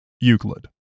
Euclid